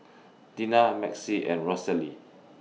Dina Maxie and Rosalie